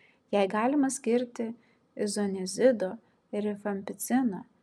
jai galima skirti izoniazido rifampicino